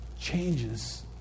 changes